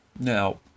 Now